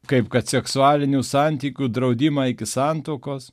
kaip kad seksualinių santykių draudimą iki santuokos